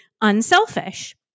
unselfish